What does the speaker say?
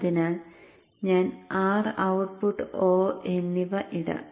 അതിനാൽ ഞാൻ R output O എന്നിവ ഇടാം